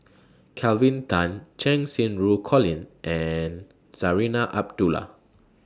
Kelvin Tan Cheng Xinru Colin and Zarinah Abdullah